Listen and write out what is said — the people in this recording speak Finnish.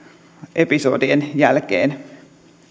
episodien jälkeen